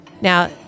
Now